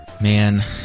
Man